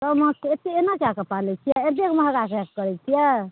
सब माँछके एतै ऐना कए कऽ पालैत छियै एतेक महङ्गा कए कऽ करैत छियै